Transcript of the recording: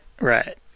right